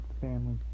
family